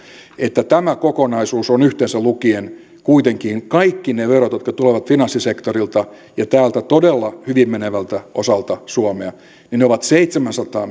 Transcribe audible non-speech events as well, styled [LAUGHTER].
että tämä kokonaisuus on yhteensä lukien kaikki ne verot jotka tulevat finanssisektorilta ja tältä todella hyvin menevältä osalta suomea kuitenkin seitsemänsataa [UNINTELLIGIBLE]